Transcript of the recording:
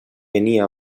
venia